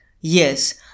Yes